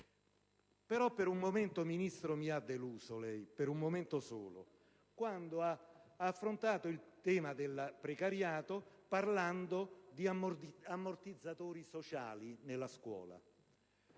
Per un momento, signora Ministro, lei mi ha deluso (per un momento solo) quando ha affrontato il tema del precariato parlando di ammortizzatori sociali nella scuola.